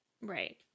right